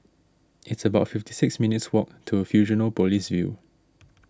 it's about fifty six minutes' walk to Fusionopolis View